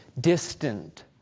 distant